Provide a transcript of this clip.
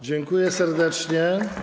Dziękuję serdecznie.